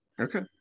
Okay